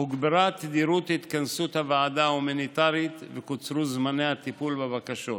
הוגברה תדירות התכנסות הוועדה ההומניטרית וקוצרו זמני הטיפול בבקשות,